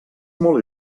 molt